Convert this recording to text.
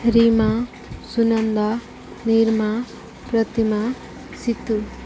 Rima Sunanda Nirma Pratima Situ